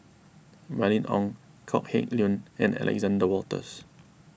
Mylene Ong Kok Heng Leun and Alexander Wolters